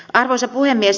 arvoisa puhemies